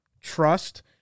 trust